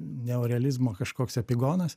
neorealizmo kažkoks epigonas